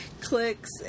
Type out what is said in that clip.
clicks